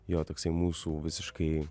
jo toksai mūsų visiškai